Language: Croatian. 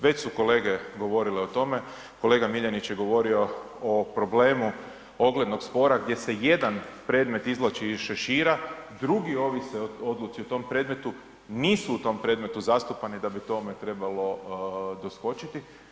Već su kolege govorile o tome, kolega Miljanić je govorio o problemu oglednog spora, gdje se jedan predmet izvlači iz šešira, drugi ovise o odluci o tom predmetu, nisu u tom predmetu zastupani da bi tome trebalo doskočiti.